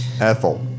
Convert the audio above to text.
Ethel